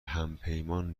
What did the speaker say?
همپیمان